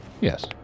Yes